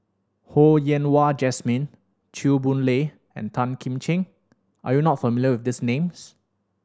Ho Yen Wah Jesmine Chew Boon Lay and Tan Kim Ching are you not familiar with these names